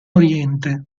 oriente